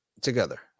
together